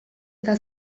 eta